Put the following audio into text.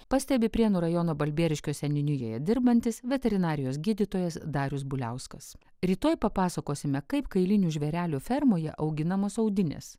pastebi prienų rajono balbieriškio seniūnijoje dirbantis veterinarijos gydytojas darius buliauskas rytoj papasakosime kaip kailinių žvėrelių fermoje auginamos audinės